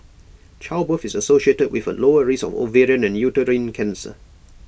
childbirth is associated with A lower risk of ovarian and uterine cancer